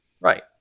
Right